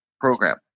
program